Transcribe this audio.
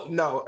no